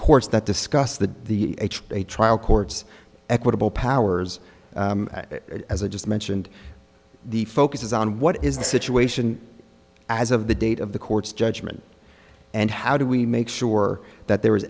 courts that discuss the the a trial court's equitable powers as i just mentioned the focus is on what is the situation as of the date of the court's judgment and how do we make sure that there